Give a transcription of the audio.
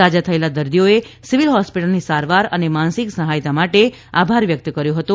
સાજા થયેલા દર્દીઓએ સિવિલ હોસ્પિટલની સારવાર અને માનસિક સહાયતા માટે આભાર વ્યક્ત કર્યો હતો